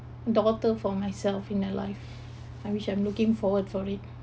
daughter for myself in my life which I'm looking forward for it